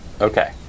Okay